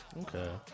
Okay